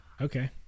Okay